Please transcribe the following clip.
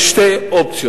יש שתי אופציות.